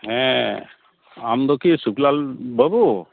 ᱦᱮᱸ ᱟᱢ ᱫᱚᱠᱤ ᱥᱩᱠᱞᱟᱞ ᱵᱟᱹᱵᱩ